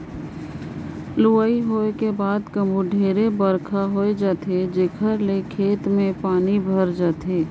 लुवई होए के बाद कभू कथों ढेरे बइरखा होए जाथे जेखर ले खेत में पानी भइर जाथे